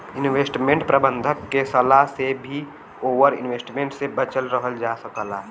investment प्रबंधक के सलाह से भी ओवर इन्वेस्टमेंट से बचल रहल जा सकला